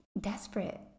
desperate